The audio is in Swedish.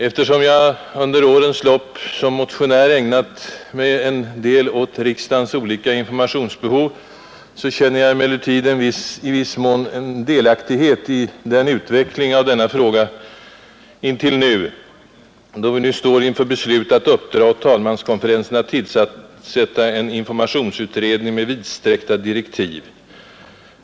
Eftersom jag under årens lopp som motionär ägnat mig en del åt riksdagens olika informationsbehov, känner jag emellertid en viss delaktighet i utvecklingen av denna fråga intill nu och vill därför helt kort något kommentera detta betänkande, då vi enligt detta står inför beslut att uppdra åt talmanskonferensen att tillsätta en informationsutredning med vidsträckta direktiv.